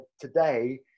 today